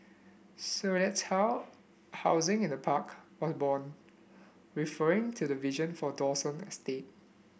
so that's how housing in a park was born referring to the vision for Dawson estate